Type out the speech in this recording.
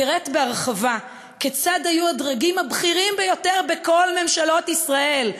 פירט בהרחבה כיצד היו הדרגים הבכירים ביותר בכל ממשלות ישראל,